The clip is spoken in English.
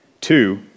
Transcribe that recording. two